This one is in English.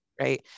right